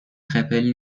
خپل